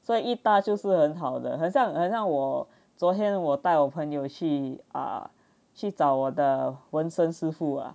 所以一 da 就是很好的很像很像我昨天我带我朋友去啊去找我的纹身师傅啊